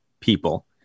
people